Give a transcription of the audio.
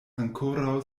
ankoraŭ